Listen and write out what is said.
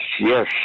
yes